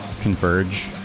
Converge